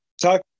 Talk